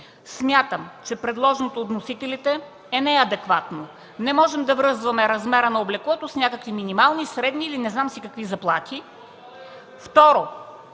Смятам, че предложеното от вносителите е неадекватно. Не можем да връзваме размера на облеклото с някакви минимални, средни или не знам си какви заплати. (Шум